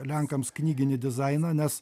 lenkams knyginį dizainą nes